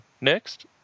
next